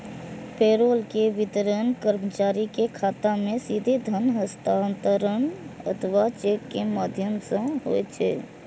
payroll के वितरण कर्मचारी के खाता मे सीधे धन हस्तांतरण अथवा चेक के माध्यम सं होइ छै